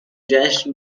جشن